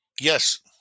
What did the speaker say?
Yes